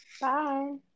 Bye